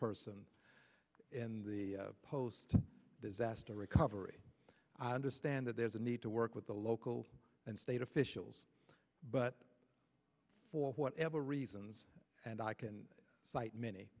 person in the post disaster recovery understand that there's a need to work with the local and state officials but for whatever reasons and i can cite many